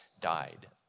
died